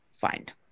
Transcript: find